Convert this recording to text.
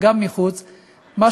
וגם מחוץ לה,